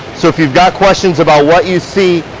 so if you've got questions about what you see,